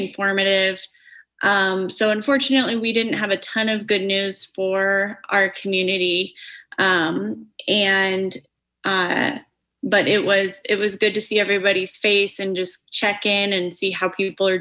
informative so unfortunately we didn't have a ton of good news for our community ad but it was it was good to see everybody's face and just check in and see how people are